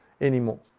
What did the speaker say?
anymore